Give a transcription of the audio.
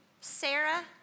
Sarah